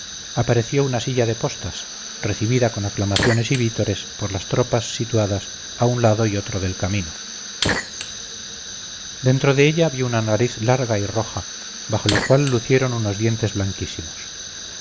apareció una silla de postas recibida con aclamaciones y vítores por las tropas situadas a un lado y otro del camino dentro de ella vi una nariz larga y roja bajo la cual lucieron unos dientes blanquísimos